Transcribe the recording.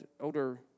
older